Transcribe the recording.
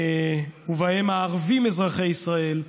ובהם הערבים אזרחי ישראל,